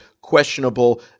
questionable